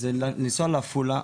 זה לנסוע לעפולה,